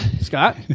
Scott